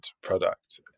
product